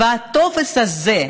הטופס הזה,